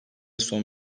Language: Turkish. son